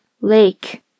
Lake